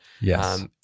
yes